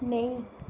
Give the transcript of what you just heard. नेईं